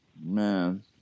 Man